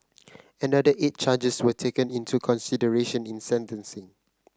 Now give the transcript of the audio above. another eight charges were taken into consideration in sentencing